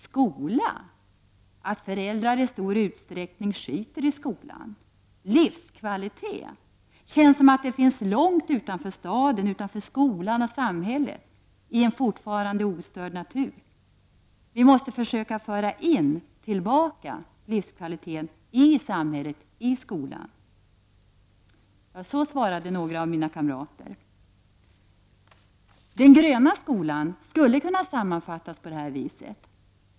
— Skola: att föräldrar i stor utsträckning ”skiter” i skolan. — Livskvalitet: känns som att det finns långt utanför staden, utanför skolan och samhället, i en fortfarande ostörd natur. Vi måste försöka föra in skolan. Ja, så svarade några av mina kamrater. Den gröna skolan skulle kunna sammanfattas på detta vis.